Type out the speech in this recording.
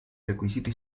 requisiti